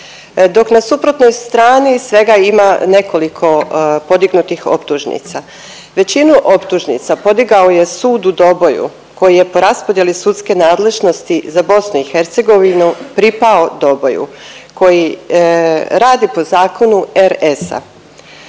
Dok na suprotnoj strani svega ima nekoliko podignutih optužnica. Većinu optužnica podigao je sud u Doboju koji je po raspodjeli sudske nadležnosti za BiH pripao Doboju koji radi po zakonu RS-a.